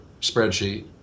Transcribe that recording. spreadsheet